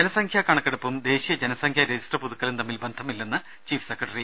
ജനസംഖ്യാ കണക്കെടുപ്പും ദേശീയ ജനസംഖ്യാ രജിസ്റ്റർ പുതു ക്കലും തമ്മിൽ ബന്ധമില്ലെന്ന് ചീഫ് സ്പ്രകട്ടറി